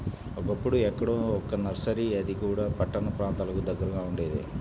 ఒకప్పుడు ఎక్కడో ఒక్క నర్సరీ అది కూడా పట్టణ ప్రాంతాలకు దగ్గరగా ఉండేది